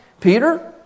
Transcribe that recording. Peter